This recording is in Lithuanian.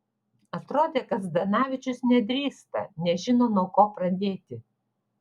atrodė kad zdanavičius nedrįsta nežino nuo ko pradėti